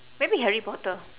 maybe harry potter